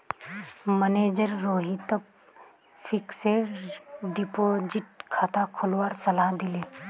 manager रोहितक fixed deposit खाता खोलवार सलाह दिले